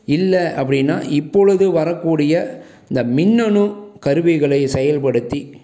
இல்லை அப்படின்னா இப்பொழுது வரக்கூடிய இந்த மின்னணு கருவிகளை செயல்படுத்தி